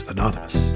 Anonymous